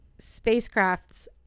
spacecrafts